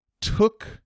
Took